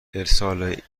ارسال